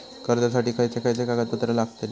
कर्जासाठी खयचे खयचे कागदपत्रा लागतली?